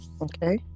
Okay